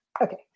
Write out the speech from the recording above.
Okay